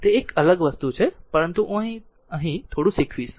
તે એક અલગ વસ્તુ છે પરંતુ અહીં થોડું શીખીશું